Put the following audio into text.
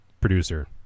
producer